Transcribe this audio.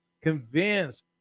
Convince